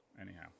Anyhow